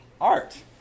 art